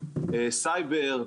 סייבר,